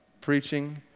preaching